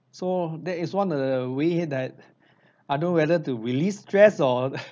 so that is one of the way that I don't know whether to release stress or